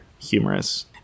humorous